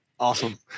Awesome